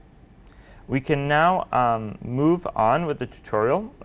we can now um move on with the tutorial.